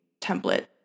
template